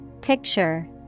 Picture